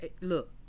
look